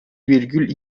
virgül